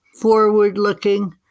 forward-looking